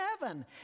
heaven